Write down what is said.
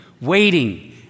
Waiting